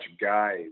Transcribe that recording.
guys